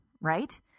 right